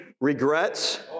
regrets